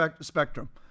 spectrum